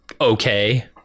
okay